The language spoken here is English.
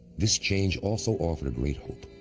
this change also offered great hope.